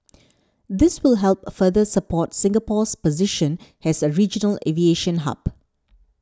this will help further support Singapore's position as a regional aviation hub